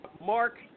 Mark